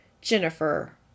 Jennifer